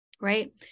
Right